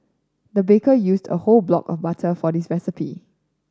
the baker used a whole block of butter for this recipe